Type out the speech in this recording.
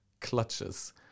clutches